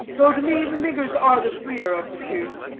though, to me, the niggers are the freer of the two.